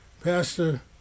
pastor